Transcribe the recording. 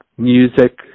Music